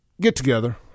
get-together